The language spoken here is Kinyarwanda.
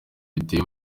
biteye